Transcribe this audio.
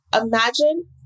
Imagine